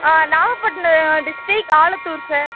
ah Nagapattinam district Alathur sir